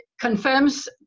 confirms